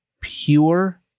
pure